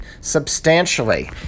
substantially